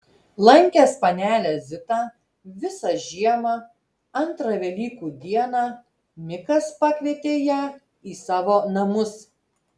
lankęs panelę zitą visą žiemą antrą velykų dieną mikas pakvietė ją į savo namus